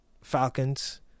Falcons